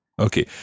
Okay